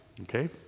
okay